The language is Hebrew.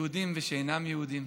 יהודים ושאינם יהודים.